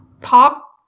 pop